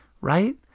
right